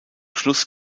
schluss